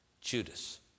Judas